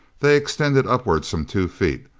they extended upward some two feet,